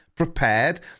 prepared